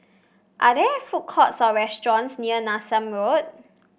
are there food courts or restaurants near Nassim Road